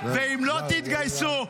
ואם לא תתגייסו,